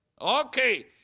Okay